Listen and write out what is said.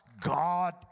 God